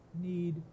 need